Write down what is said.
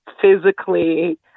physically